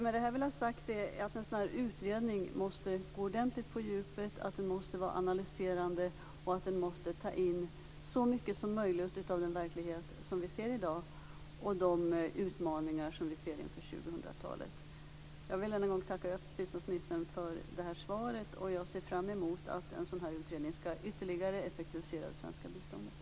Med detta vill jag ha sagt att en sådan utredning måste gå ordentligt på djupet, vara analyserande och ta in så mycket som möjligt av den verklighet vi ser i dag och de utmaningar vi ser inför 2000-talet. Jag vill än en gång tacka biståndsministern för svaret. Jag ser fram emot att en sådan utredning skall ytterligare effektivisera det svenska biståndet.